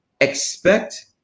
expect